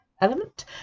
element